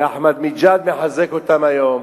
שאחמדינג'אד מחזק אותם היום,